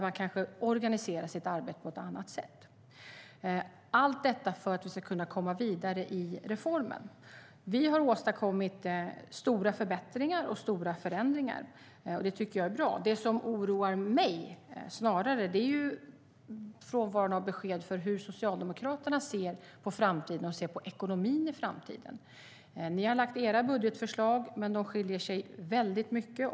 Man kanske organiserar sitt arbete på ett annat sätt. Allt detta görs för att vi ska kunna komma vidare i reformen. Vi har åstadkommit stora förbättringar och stora förändringar. Det tycker jag är bra. Det som snarare oroar mig är frånvaron av besked om hur Socialdemokraterna ser på framtiden och på ekonomin i framtiden. Ni i oppositionen har lagt fram era budgetförslag, men de skiljer sig mycket åt.